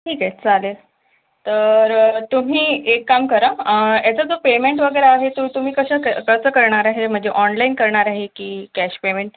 ठीक आहे चालेल तर तुम्ही एक काम करा याचा जो पेमेंट वगैरे आहे तो तुम्ही कशा क् कसं करणार आहे म्हणजे ऑनलाईन करणार आहे की कॅश पेमेंट